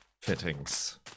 fittings